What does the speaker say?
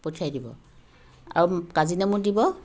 পঠিয়াই দিব আৰু কাজি নেমু দিব